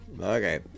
okay